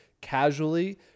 casually